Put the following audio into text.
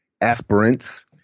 aspirants